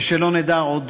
ושלא נדע עוד